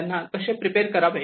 त्यांना कसे प्रिपेअर करावे